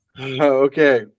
Okay